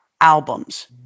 albums